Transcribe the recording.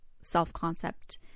self-concept